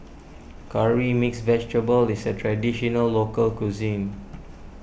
Curry Mixed Vegetable is a Traditional Local Cuisine